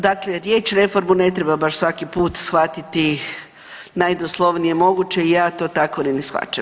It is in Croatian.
Dakle, riječ reformu ne treba baš svaki put shvatiti najdoslovnije moguće i ja to tako ni ne shvaćam.